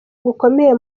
gukomeye